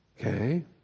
Okay